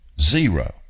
Zero